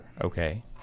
Okay